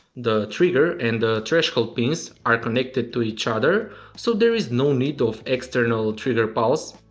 the trigger and the threshold pins are connected to each other so there is no need of external trigger pulse.